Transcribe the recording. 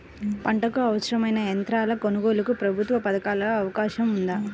పంటకు అవసరమైన యంత్రాల కొనగోలుకు ప్రభుత్వ పథకాలలో అవకాశం ఉందా?